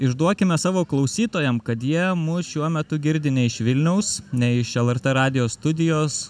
išduokime savo klausytojam kad jie mus šiuo metu girdi ne iš vilniaus ne iš lrt radijo studijos